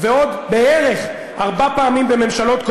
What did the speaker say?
פעמיים בקדנציה אחת.